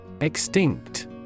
Extinct